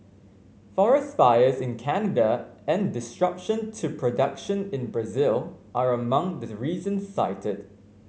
forest fires in Canada and disruption to production in Brazil are among the reasons cited